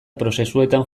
prozesuetan